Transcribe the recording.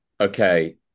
Okay